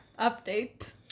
update